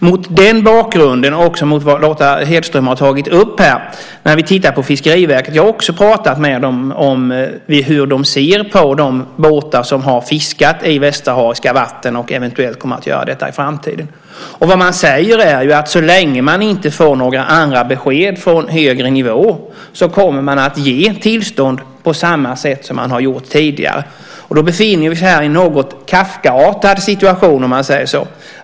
Mot den bakgrunden, och också mot bakgrund av vad Lotta Hedström har tagit upp här om Fiskeriverket, vill jag säga att jag också har pratat med dem om hur de ser på de båtar som har fiskat i västsahariska vatten och eventuellt kommer att göra detta i framtiden. Man säger att så länge man inte får några andra besked från högre nivå kommer man att ge tillstånd på samma sätt som man har gjort tidigare. Då befinner vi oss här i en något Kafkaartad situation.